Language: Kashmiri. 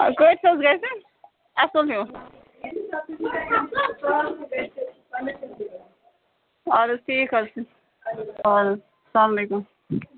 کۭتِس حظ گژھِ اَصِل ہیوٗ اَدٕ حظ ٹھیٖک حظ چھُ اَد حظ السلام علیکُم